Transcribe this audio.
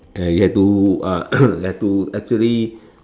ya you have to have to actually